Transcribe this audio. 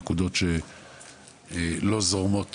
נקודות שלא זורמות